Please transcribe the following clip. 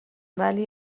ولی